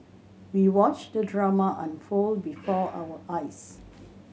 we watched the drama unfold before our eyes